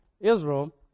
Israel